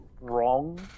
wrong